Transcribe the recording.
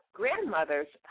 grandmother's